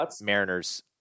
Mariners